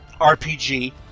RPG